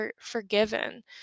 forgiven